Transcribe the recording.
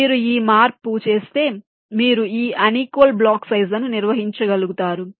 మీరు ఈ మార్పు చేస్తే మీరు ఈ అన్ ఈక్వల్ బ్లాక్ సైజ్ లను నిర్వహించగలుగుతారు